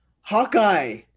Hawkeye